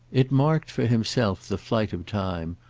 it marked for himself the flight of time,